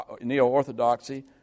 Neo-orthodoxy